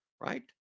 right